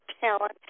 talent